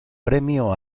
premio